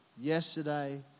yesterday